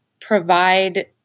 provide